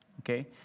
Okay